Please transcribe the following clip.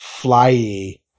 flyy